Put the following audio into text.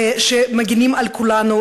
שמגינים על כולנו,